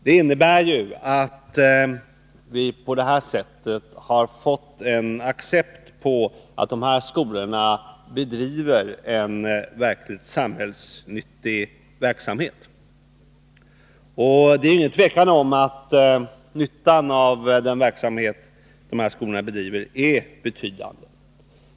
Det innebär ju att vi på det här sättet har fått en accept på att dessa skolor bedriver en verkligt samhällsnyttig verksamhet. Nyttan av den verksamhet som dessa skolor bedriver är utan tvivel betydande.